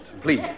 please